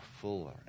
fuller